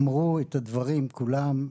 אמרו את הדברים כולם,